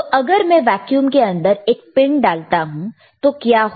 तो अगर मैं वैक्यूम के अंदर एक पिन डालता हूं तो क्या हो